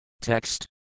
Text